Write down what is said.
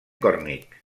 còrnic